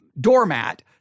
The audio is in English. doormat